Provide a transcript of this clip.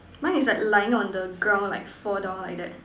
mine is like lying on the ground like fall down like that